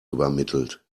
übermittelt